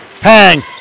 hang